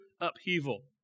upheaval